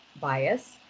bias